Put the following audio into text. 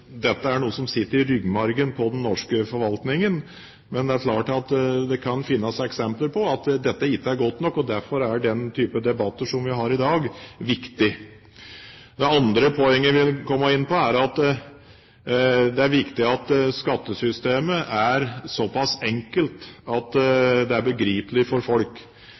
dette er noe som sitter i ryggmargen på den norske forvaltningen. Men det er klart at det kan finnes eksempler på at dette ikke er godt nok, og derfor er den type debatter som vi har i dag, viktig. Det andre poenget jeg vil komme inn på, er at det er viktig at skattesystemet er såpass enkelt at det er begripelig for folk,